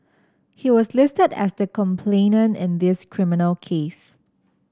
he was listed as the complainant in this criminal case